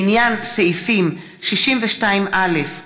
לעניין סעיפים 62א(א1)